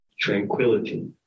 Tranquility